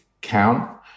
count